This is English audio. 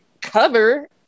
cover